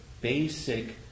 basic